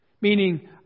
meaning